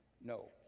No